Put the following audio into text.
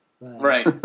Right